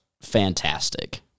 fantastic